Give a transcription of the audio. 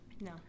no